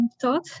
thought